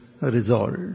resolved